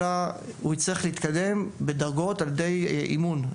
אלא הוא יצטרך להתקדם בדרגות על ידי אימון.